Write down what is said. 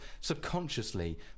subconsciously